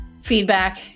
feedback